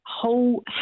whole